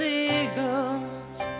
eagles